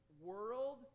world